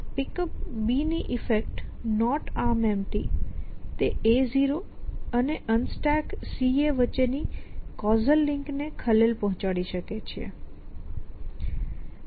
Pickup ની effect ArmEmpty તે A0 અને UnstackCA વચ્ચે ની કૉઝલ લિંકને ખલેલ પહોંચાડી શકે છે